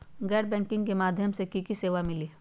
गैर बैंकिंग के माध्यम से की की सेवा मिली?